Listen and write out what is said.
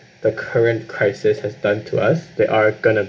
the current crisis has done to us they are going to